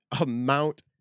amount